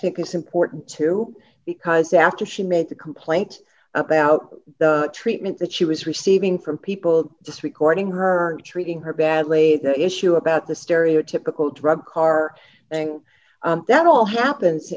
think it's important too because after she made the complaint about the treatment that she was receiving from people just recording her and treating her badly the issue about the stereotypical drug car thing that all happen